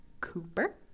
Cooper